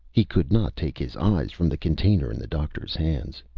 he could not take his eyes from the container in the doctor's hands.